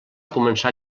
començar